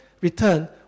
return